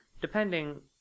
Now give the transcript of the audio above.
depending